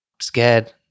scared